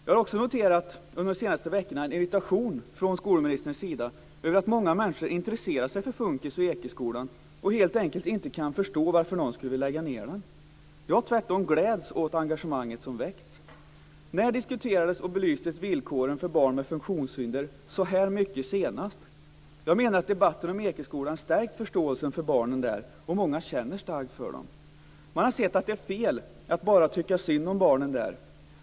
Jag har också under de senaste veckorna noterat en irritation från skolministerns sida över att många människor intresserar sig för FUNKIS och Ekeskolan och helt enkelt inte kan förstå varför någon vill lägga ned den. Jag tvärtom gläds åt det engagemang som väckts. När diskuterades och belystes villkoren för barn med funktionshinder så här mycket senast? Jag menar att debatten om Ekeskolan stärkt förståelsen för barnen där, och många känner starkt för dem. Man har sett att det är fel att bara tycka synd om barnen där.